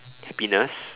happiness